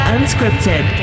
Unscripted